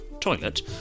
toilet